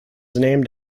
named